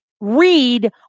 read